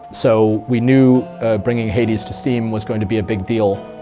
so we knew bringing hades to steam was going to be a big deal,